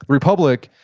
republic,